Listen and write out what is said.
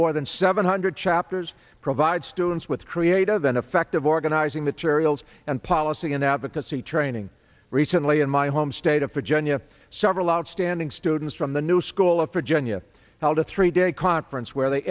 more than seven hundred chapters provide students with creative and affective organizing the chariots and policy and advocacy training recently in my home state of virginia several outstanding students from the new school of for genya held a three day conference where they